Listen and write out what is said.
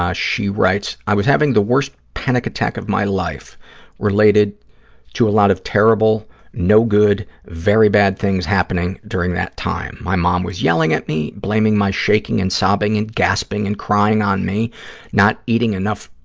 ah she writes, i was having the worst panic attack of my life related to a lot of terrible, no good, very bad things happening during that time. my mom was yelling at me, blaming my shaking and sobbing and gasping and crying on me not eating enough